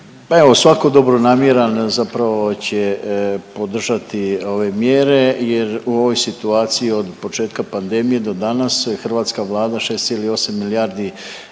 svako dobronamjeran zapravo će podržati ove mjere jer u ovoj situaciji od početka panedmije do danas je hrvatska Vlada 6,8 milijardi